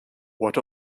what